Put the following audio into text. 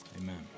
amen